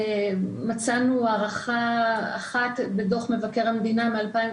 מצאנו הערכה אחת בדו"ח מבקר המדינה מ-2019,